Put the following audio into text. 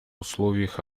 условиях